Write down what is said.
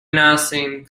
nothing